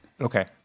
Okay